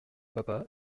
papa